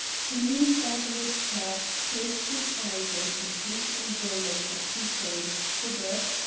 he leaned back in his chair, closed his eyes in complete enjoyment of hussein's cigarettes,